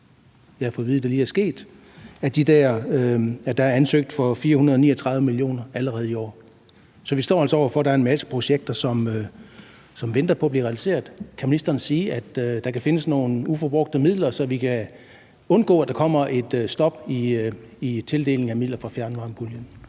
Jeg har fået at vide, at det lige er sket, og der er allerede ansøgt for 439 mio. kr. i år. Så vi står altså over for, at der er en masse projekter, som venter på at blive realiseret. Kan ministeren sige, at der kan findes nogle uforbrugte midler, så vi kan undgå, at der kommer et stop i tildelingen af midler fra fjernvarmepuljen?